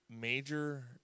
Major